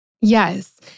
Yes